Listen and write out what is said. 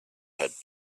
had